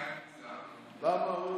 למה?